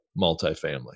multifamily